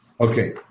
Okay